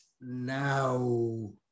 now